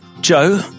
Joe